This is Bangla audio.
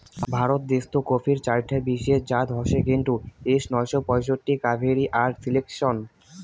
ভারত দেশ্ত কফির চাইরটা বিশেষ জাত হসে কেন্ট, এস নয়শো পঁয়ষট্টি, কাভেরি আর সিলেকশন